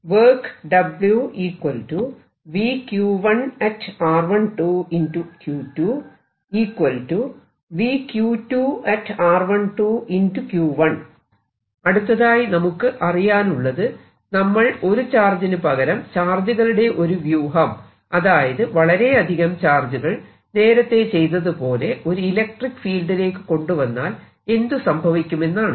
അതായത് വർക്ക് അടുത്തതായി നമുക്ക് അറിയാനുള്ളത് നമ്മൾ ഒരു ചാർജിനു പകരം ചാർജുകളുടെ ഒരു വ്യൂഹം അതായത് വളരെ അധികം ചാർജുകൾ നേരത്തെ ചെയ്തതുപോലെ ഒരു ഇലക്ട്രിക്ക് ഫീൽഡിലേക്കു കൊണ്ടുവന്നാൽ എന്ത് സംഭവിക്കുമെന്നാണ്